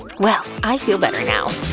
well, i feel better now!